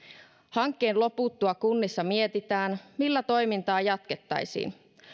hankkeen loputtua kunnissa mietitään millä toimintaa jatkettaisiin